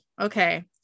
Okay